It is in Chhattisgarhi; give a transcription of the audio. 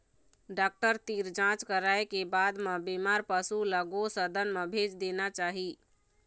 डॉक्टर तीर जांच कराए के बाद म बेमार पशु ल गो सदन म भेज देना चाही